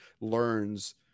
learns